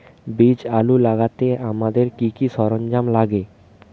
বীজ আলু লাগাতে আমাদের কি কি সরঞ্জাম লাগে?